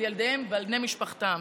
על ילדיהם ועל בני משפחתם.